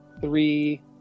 three